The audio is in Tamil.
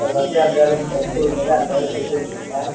சார் ஃபர்ஸ்ட் அஞ்சாயிரம் டிரஸ் கொடுக்கும்போதே அஞ்சாயிரம் கொடுத்துருக்கீங்க